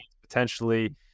potentially